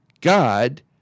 God